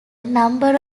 number